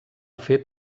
fet